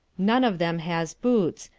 none of them has boots,